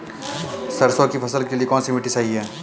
सरसों की फसल के लिए कौनसी मिट्टी सही हैं?